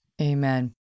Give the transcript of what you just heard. Amen